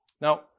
Now